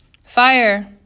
Fire